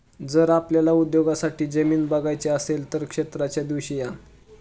जर आपल्याला उद्योगासाठी जमीन बघायची असेल तर क्षेत्राच्या दिवशी या